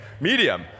Medium